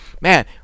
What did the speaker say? Man